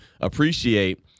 appreciate